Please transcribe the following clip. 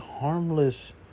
harmless